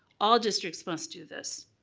all districts must do this.